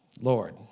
Lord